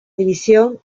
división